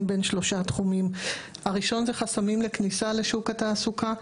בין שלושה תחומים: חסמים לכניסה לשוק התעסוקה.